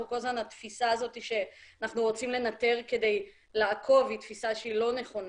התפיסה הזאת שאנחנו רוצים לנטר כדי לעקוב היא תפיסה לא נכונה.